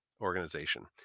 organization